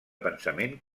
pensament